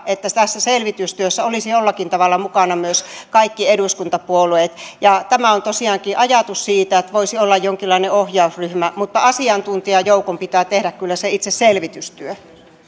että tässä selvitystyössä olisivat jollakin tavalla mukana myös kaikki eduskuntapuolueet tämä on tosiaankin ajatus siitä että voisi olla jonkinlainen ohjausryhmä mutta asiantuntijajoukon pitää tehdä kyllä se itse selvitystyö